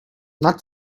not